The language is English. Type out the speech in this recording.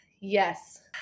yes